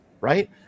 right